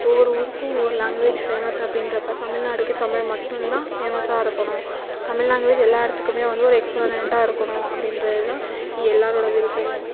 ஒவ்வொரு ஊருக்கும் ஒவ்வொரு லாங்குவேஜ் ஃபேமஸ் அப்படின்றப்ப தமிழ்நாடுக்கு தமிழ் மட்டும் தான் ஃபேமஸாக இருக்கணும் தமிழ் லாங்குவேஜ் எல்லா இடத்துக்குமே வந்து ஒரு எக்ஸ்போனன்ட்டாக இருக்கணும் அப்படின்றதுதான் எல்லாரோட விருப்பமும்